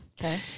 Okay